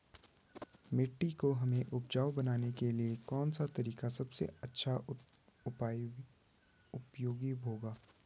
मिट्टी को हमें उपजाऊ बनाने के लिए कौन सा तरीका सबसे अच्छा उपयोगी होगा?